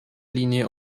linie